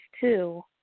two